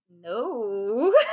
no